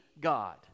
God